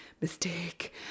mistake